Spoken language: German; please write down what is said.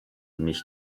mich